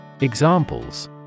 Examples